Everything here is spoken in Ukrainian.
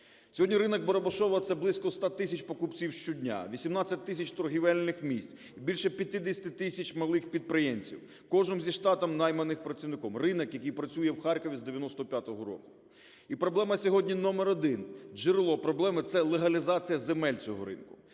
Сьогодні ринок "Барабашово" – це близько 100 тисяч покупців щодня, 18 тисяч торгівельних місць і більше 50 тисяч малих підприємців, кожний зі штатом найманим працівником. Ринок, який працює в Харкові з 95-го року. І проблема сьогодні номер один, джерело проблеми – це легалізація земель цього ринку.